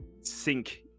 sink